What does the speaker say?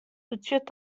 betsjut